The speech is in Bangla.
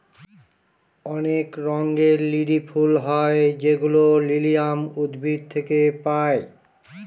অনেক রঙের লিলি ফুল হয় যেগুলো লিলিয়াম উদ্ভিদ থেকে পায়